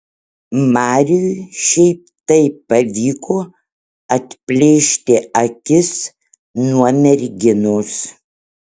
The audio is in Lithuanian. mariui šiaip taip pavyko atplėšti akis nuo merginos